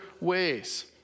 ways